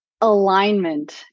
Alignment